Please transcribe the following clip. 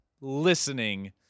listening